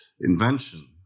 invention